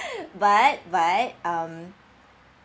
but but um